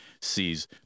sees